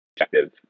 objective